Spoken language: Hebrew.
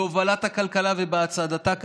בהובלת הכלכלה ובהצעדתה קדימה.